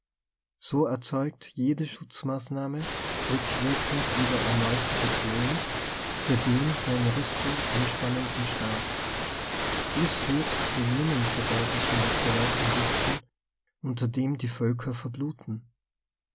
so erzeugt jede schutzmaßnahme rückwirkend wieder erneute bedrohung für den seine rüstung an spannenden staat diesführtzujenem verderblichen wettbewerb im rüsten unter dem die völker ver